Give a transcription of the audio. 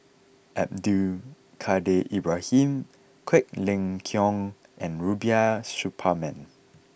Abdul Kadir Ibrahim Quek Ling Kiong and Rubiah Suparman